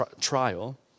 trial